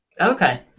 okay